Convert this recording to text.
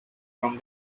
from